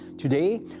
Today